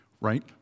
right